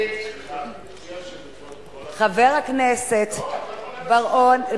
חבר הכנסת בר-און,